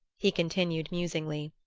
he continued musingly,